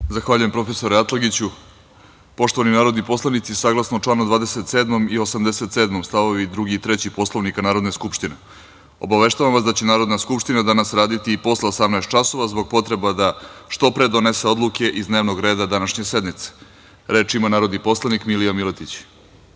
Zahvaljujem profesore Atlagiću. Poštovani narodni poslanici, saglasno članu 27. i 87. st.2 i 3. Poslovnika Narodne Skupštine, obaveštavam vas da će Narodna Skupština danas raditi i posle 18,00 časova, zbog potrebe da što pre donese odluke iz dnevnog reda današnje sednice. Reč ima narodni poslanik Milija Miletić.